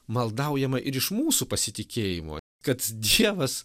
maldaujama ir iš mūsų pasitikėjimo kad dievas